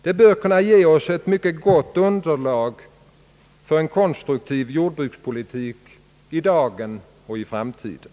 Det bör kunna ge oss ett mycket gott underlag för en konstruktiv jordbrukspolitik i dag och i framtiden.